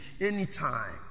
Anytime